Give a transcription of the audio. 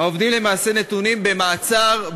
העובדים למעשה נתונים במעצר-בית,